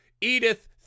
Edith